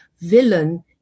villain